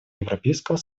европейского